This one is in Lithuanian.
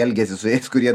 elgėsi su jais kurie